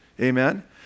Amen